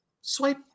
swipe